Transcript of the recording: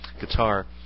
guitar